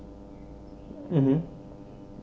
mmhmm